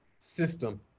system